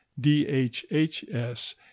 DHHS